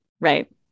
Right